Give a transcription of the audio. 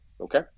okay